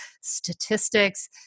statistics